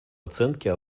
оценке